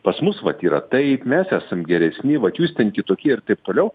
pas mus vat yra taip mes esam geresni vat jūs ten kitokie ir taip toliau